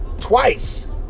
Twice